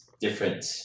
different